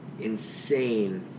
insane